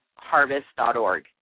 harvest.org